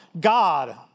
God